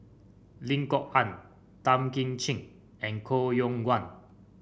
Lim Kok Ann Tan Kim Ching and Koh Yong Guan